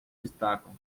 destacam